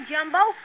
Jumbo